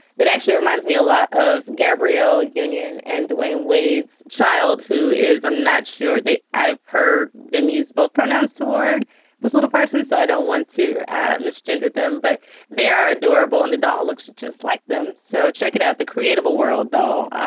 that actually reminds me a lot of gabrielle union and dwayne wade's child who is i'm not sure. i've heard them use both pronouns toward this little person. so i don't want to miss gender them, but they are adorable and the doll looks just like them. so check it out. the creative world doll.